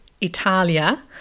Italia